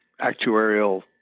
actuarial